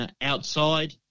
outside